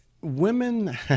women